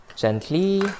Gently